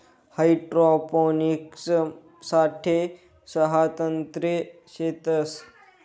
hydroponics साठे सहा तंत्रे शेतस